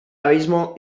abismo